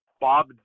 Bob